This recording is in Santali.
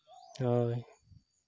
ᱦᱳᱭ